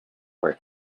were